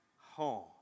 home